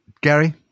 Gary